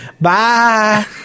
bye